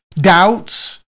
doubts